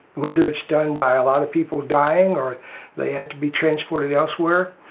whether it's done by a lot of people dying or they had to be transported elsewhere,